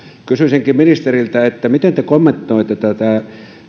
kysyisinkin ministeriltä miten te kommentoitte tätä